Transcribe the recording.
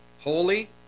holy